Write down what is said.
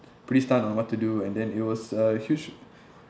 pretty stunned on what to do and then it was a huge